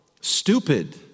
stupid